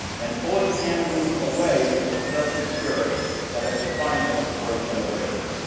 and pulling kansans away from the progressive spirit that had defined them for a generation.